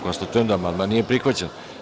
Konstatujem da amandman nije prihvaćen.